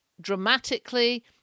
dramatically